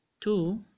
two